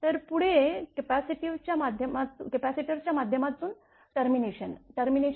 तर पुढे कपॅसिटर च्या माध्यमातून टेर्मिनेशन